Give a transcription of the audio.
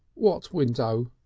what window?